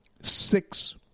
Six